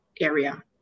area